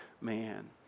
man